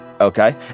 okay